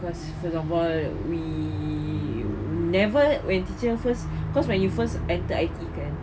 cause first of all we never when teacher first cause when you first enter I_T_E kan